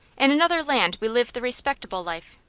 in another land we live the respectable life,